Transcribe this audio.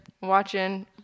watching